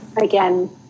again